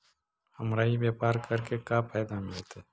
हमरा ई व्यापार करके का फायदा मिलतइ?